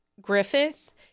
Griffith